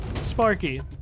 Sparky